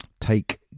take